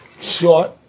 short